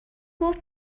گفت